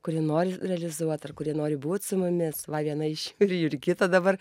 kurie nori realizuot ar kurie nori būt su mumis va viena iš jų ir jurgita dabar